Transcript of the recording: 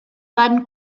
van